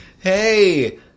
hey